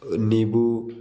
नींबू